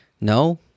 No